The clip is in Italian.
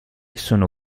sono